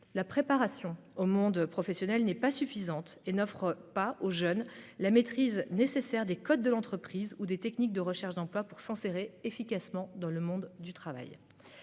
la préparation au monde professionnel n'est pas satisfaisante et n'offre pas aux jeunes la maîtrise nécessaire des codes de l'entreprise ou des techniques de recherche d'emploi pour s'insérer efficacement dans le monde du travail.